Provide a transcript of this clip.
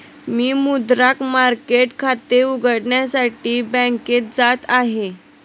मी मुद्रांक मार्केट खाते उघडण्यासाठी बँकेत जात आहे